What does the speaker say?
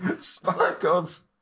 Sparkles